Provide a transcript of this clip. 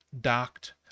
docked